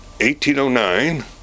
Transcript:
1809